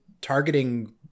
targeting